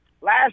Last